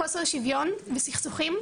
חוסר שוויון וסכסוכים,